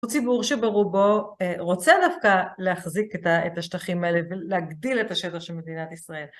הוא ציבור שברובו רוצה דווקא להחזיק את השטחים האלה ולהגדיל את השטח של מדינת ישראל.